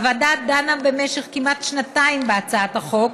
הוועדה דנה כמעט שנתיים בהצעת החוק,